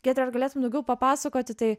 giedre ar galėtum daugiau papasakoti tai